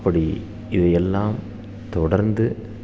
அப்படி இதையெல்லாம் தொடர்ந்து